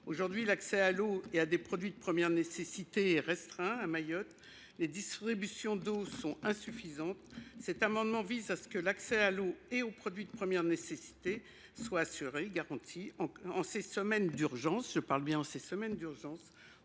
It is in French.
Aujourd’hui, l’accès à l’eau et à des produits de première nécessité est restreint dans l’archipel. Les distributions d’eau sont insuffisantes. Cet amendement vise à garantir l’accès à l’eau et aux produits de première nécessité durant ces semaines d’urgence,